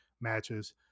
matches